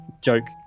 joke